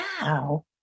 now